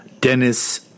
Dennis